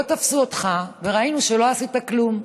לא תפסו אותך, וראינו שלא עשית כלום.